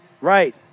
Right